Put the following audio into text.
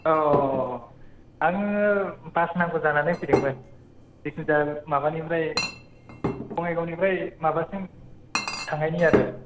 औ औ आङो बास नांगौ जानानै फैदोंमोन जेखुन जाया माबानिफ्राय बङाइगावनिफ्राय माबासिम थांनायनि आरो